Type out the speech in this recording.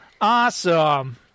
Awesome